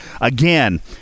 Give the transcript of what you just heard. Again